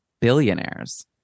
Billionaires